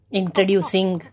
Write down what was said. introducing